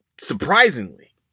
Surprisingly